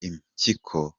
impyiko